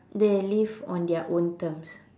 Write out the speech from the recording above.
they live on their own terms